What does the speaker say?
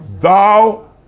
thou